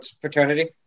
fraternity